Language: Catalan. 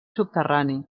subterrani